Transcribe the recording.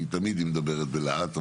כי תמיד היא מדברת בלהט,